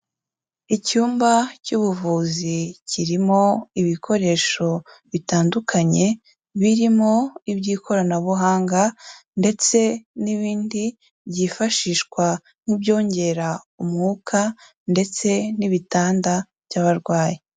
Icyumba cy'ubuvuzi kirimo ibikoresho bitandukanye birimo iby'ikoranabuhanga ndetse n'ibindi byifashishwa nk'ibyongera umwuka ndetse n'ibitanda by'abarwayi.